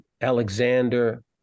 Alexander